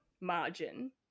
margin